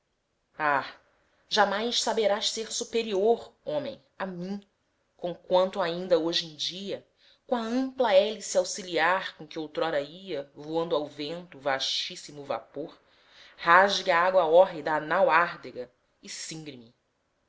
jamais saberás ser superior homem a mim conquanto ainda hoje em dia com a ampla hélice auxiliar com que outrora ia voando ao vento o vastíssimo vapor rasgue a água hórrida a nau árdega e